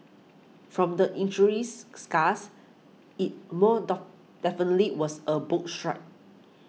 from the injuries scars it more doff definitely was a boat strike